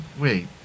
wait